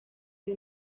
era